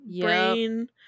brain